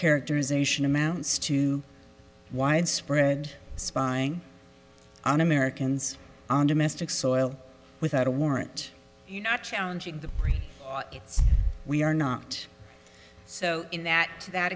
characterization amounts to widespread spying on americans on domestic soil without a warrant you not challenging the we are not so in that to that